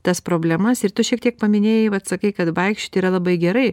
tas problemas ir tu šiek tiek paminėjai vat sakai kad vaikščioti yra labai gerai